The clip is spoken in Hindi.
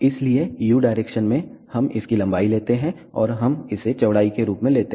इसलिए u डायरेक्शन में हम इसकी लंबाई लेते है और हम इसे चौड़ाई के रूप में लेते हैं